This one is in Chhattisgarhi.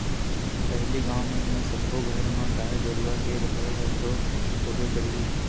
पहिली गाँव मन म सब्बे घर म गाय गरुवा के रहइ ह तो होबे करही